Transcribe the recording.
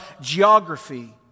geography